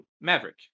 Maverick